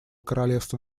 королевства